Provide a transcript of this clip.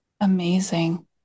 Amazing